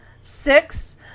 six